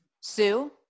Sue